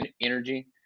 energy